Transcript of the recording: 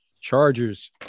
Chargers